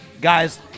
Guys